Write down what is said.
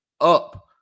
up